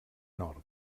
nord